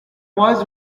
was